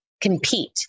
compete